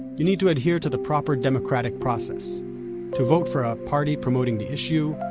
you need to adhere to the proper democratic process to vote for a party promoting the issue,